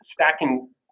stacking